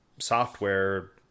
Software